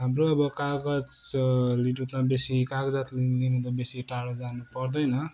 हाम्रो अब कागज लिनु त बेसी कागजात लिन त बेसी टाढा जानु पर्दैन